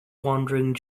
wandering